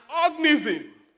organism